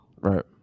Right